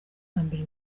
hambere